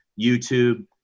YouTube